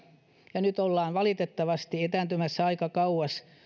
ja nyt ollaan valitettavasti etääntymässä aika kauas